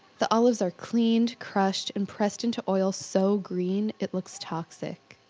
the olives are cleaned, crushed, and pressed into oil so green it looks toxic.